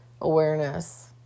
awareness